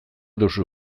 duzu